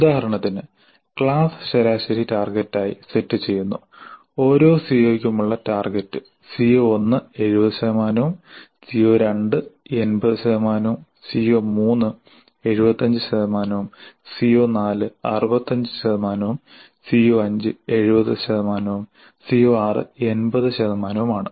ഉദാഹരണത്തിന് ക്ലാസ് ശരാശരി ടാർഗെറ്റ് ആയി സെറ്റു ചെയ്യുന്നു ഓരോ COക്കുമുള്ള ടാർഗറ്റ് CO1 70 ശതമാനവും CO2 80 ശതമാനവും CO3 75 ശതമാനവും CO4 65 ശതമാനവും CO5 70 ശതമാനവും CO6 80 ശതമാനവുമാണ്